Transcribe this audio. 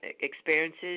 experiences